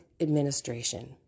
Administration